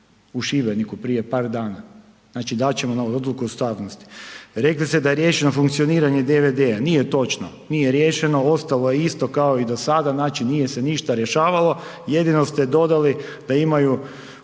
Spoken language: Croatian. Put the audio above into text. u Šibeniku prije par dana. Znači dat ćemo na odluku ustavnosti. Rekli ste da je riješeno funkcioniranje DVD-a, nije točno, nije riješeno, ostalo je isto kao i do sada. Znači nije se ništa rješavalo, jedino ste dodali da imaju